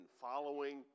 following